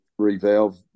revalve